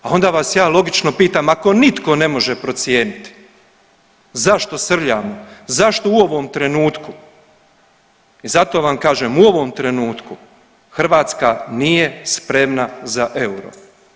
A onda vas ja logično pitam, ako nitko ne može procijeniti zašto srljamo, zašto u ovom trenutku i zato vam kažem u ovom trenutku Hrvatska nije spremna za euro.